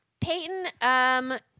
Peyton